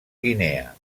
guinea